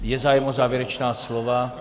Je zájem o závěrečná slova?